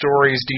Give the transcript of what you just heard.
stories